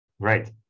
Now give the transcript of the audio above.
Right